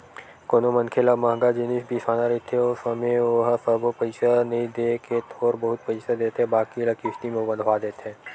कोनो मनखे ल मंहगा जिनिस बिसाना रहिथे ओ समे ओहा सबो पइसा नइ देय के थोर बहुत पइसा देथे बाकी ल किस्ती म बंधवा देथे